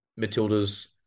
Matildas